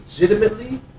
legitimately